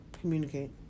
Communicate